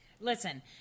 Listen